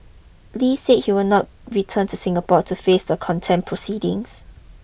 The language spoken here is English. Li said he will not return to Singapore to face the contempt proceedings